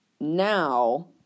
now